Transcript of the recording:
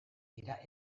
dira